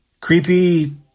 Creepy